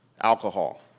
Alcohol